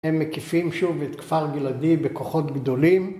הם מקיפים שוב את כפר גלעדי בכוחות גדולים.